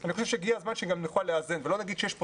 אני חושב שהגיע הזמן שגם נוכל לאזן ולא נגיד שיש פה